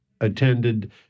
attended